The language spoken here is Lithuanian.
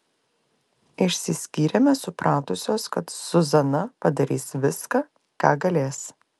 išsiskyrėme supratusios kad zuzana padarys viską ką galės